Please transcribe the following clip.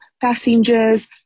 passengers